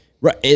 Right